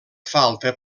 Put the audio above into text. falta